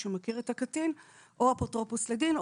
או אפוטרופוס לדין,